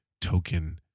token